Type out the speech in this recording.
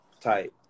type